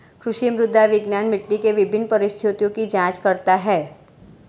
कृषि मृदा विज्ञान मिट्टी के विभिन्न परिस्थितियों की जांच करता है